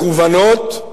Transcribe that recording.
מכוונות,